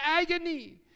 agony